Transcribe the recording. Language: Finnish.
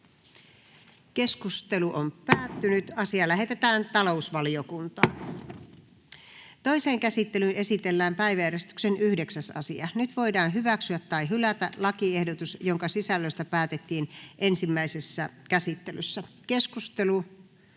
sekä niihin liittyviksi laeiksi Time: N/A Content: Toiseen käsittelyyn esitellään päiväjärjestyksen 18. asia. Nyt voidaan hyväksyä tai hylätä lakiehdotukset, joiden sisällöstä päätettiin ensimmäisessä käsittelyssä. Keskustelu